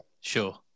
Sure